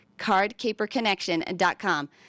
cardcaperconnection.com